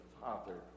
Father